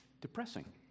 depressing